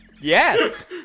yes